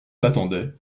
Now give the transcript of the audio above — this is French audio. l’attendait